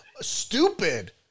stupid